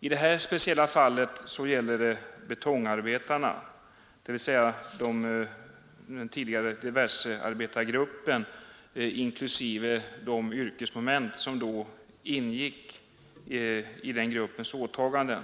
Detta speciella fall gäller betongarbetarna — dvs. den tidigare diversearbetargruppen inklusive de yrkesmoment som ingick i den gruppens åtaganden.